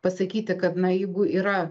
pasakyti kad na jeigu yra